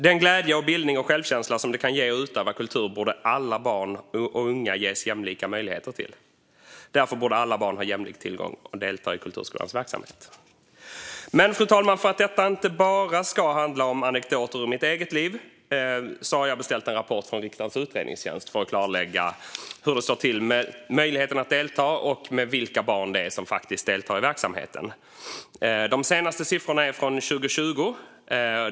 Den glädje, bildning och självkänsla det kan ge att utöva kultur borde alla barn och unga ges jämlika möjligheter till. Därför borde alla barn ha jämlik tillgång till kulturskolans verksamhet. Fru talman! För att detta inte bara ska handla om anekdoter ur mitt eget liv har jag beställt en rapport från riksdagens utredningstjänst för att klarlägga hur det står till med möjligheten att delta och vilka barn som faktiskt deltar i verksamheten. De senaste siffrorna är från 2020.